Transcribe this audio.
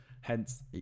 hence